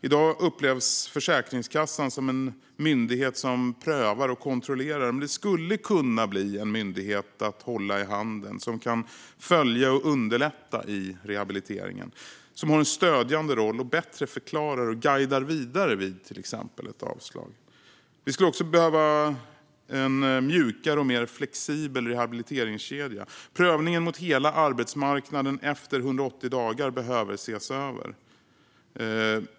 I dag upplevs Försäkringskassan som en myndighet som prövar och kontrollerar, men det skulle kunna bli en myndighet att hålla i handen, som kan följa och underlätta i rehabiliteringen, som har en stödjande roll och bättre förklarar och guidar vidare vid till exempel ett avslag. Vi skulle också behöva en mjukare och mer flexibel rehabiliteringskedja. Prövningen mot hela arbetsmarknaden efter 180 dagar behöver ses över.